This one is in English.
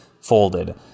folded